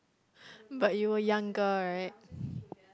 but you were younger right